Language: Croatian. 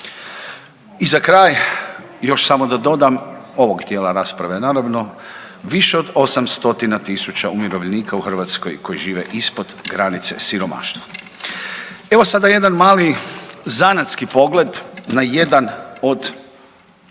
I za kraj još samo da dodam ovog dijela rasprave naravno, više od 8 stotina tisuća umirovljenika u Hrvatskoj koji žive ispod granice siromaštva. Evo sada jedan mali zanatski pogled na jedan od